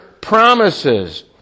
promises